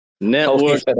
network